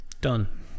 Done